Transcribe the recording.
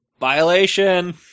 Violation